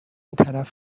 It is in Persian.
طرف